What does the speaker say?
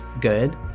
good